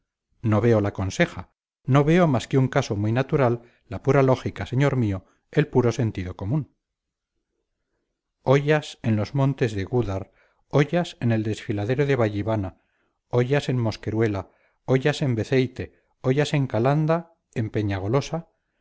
no veo la conseja no veo más que un caso muy natural la pura lógica señor mío el puro sentido común ollas en los montes de gúdar ollas en el desfiladero de vallivana ollas en mosqueruela ollas en beceite ollas en calanda en peñagolosa